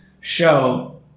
show